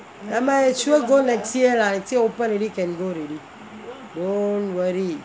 never mind sure go next year lah next year open ready can go ready don't worry